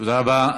תודה רבה.